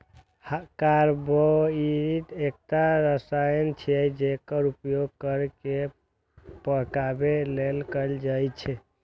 carbide एकटा रसायन छियै, जेकर उपयोग फल कें पकाबै लेल कैल जाइ छै